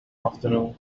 afternoon